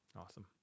Awesome